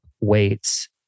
weights